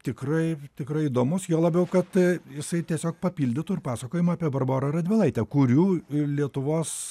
tikrai tikrai įdomus juo labiau kad jisai tiesiog papildytų ir pasakojimą apie barborą radvilaitę kurių lietuvos